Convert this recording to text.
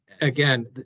again